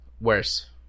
Worse